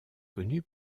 connue